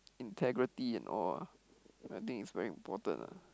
integrity and all ah I think is very important ah